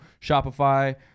shopify